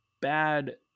bad –